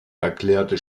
erklärte